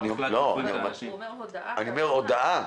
קיבלתי הודעה.